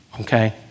Okay